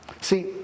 See